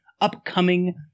upcoming